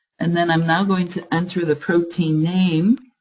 and then i'm now going to enter the protein name